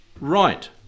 right